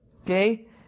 okay